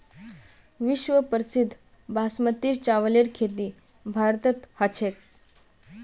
विश्व प्रसिद्ध बासमतीर चावलेर खेती भारतत ह छेक